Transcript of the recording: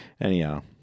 Anyhow